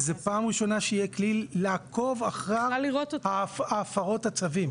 וזו פעם ראשונה שיהיה כלי לעקוב אחר הפרות הצווים.